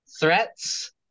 threats